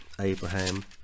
Abraham